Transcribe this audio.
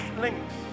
links